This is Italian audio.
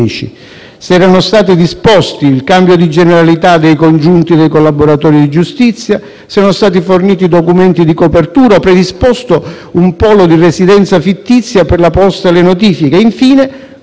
se fossero stati disposti il cambio di generalità dei congiunti del collaboratore di giustizia; se fossero stati forniti documenti di copertura o predisposto un polo di residenza fittizio per la posta e le notifiche; infine,